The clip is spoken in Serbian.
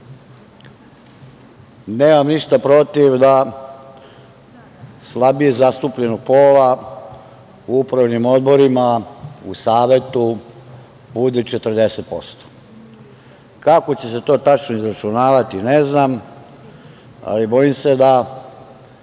nemam ništa protiv da slabije zastupljenog pola u upravnim odborima, u savetu bude 40%. Kako će se to tačno izračunavati ne znam, ali bojim se da